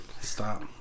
stop